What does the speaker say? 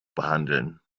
behandeln